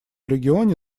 регионе